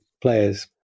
players